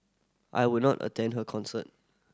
I would not attend her concert